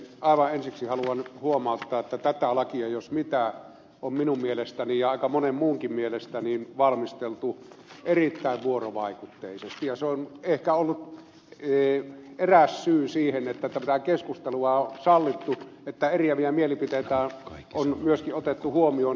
aivan ensiksi haluan huomauttaa että tätä lakia jos mitä on minun mielestäni ja aika monen muunkin mielestä valmisteltu erittäin vuorovaikutteisesti ja se on ehkä ollut eräs syy siihen että tätä keskustelua on sallittu että eriäviä mielipiteitä on myöskin otettu huomioon sitten tässä lain viimeistelyssä